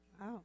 Wow